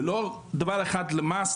ולא דבר אחד למס,